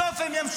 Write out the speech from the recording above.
על מי הוא צועק?